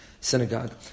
synagogue